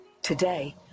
Today